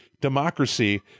democracy